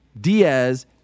Diaz